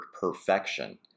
perfection